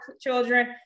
children